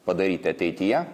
padaryti ateityje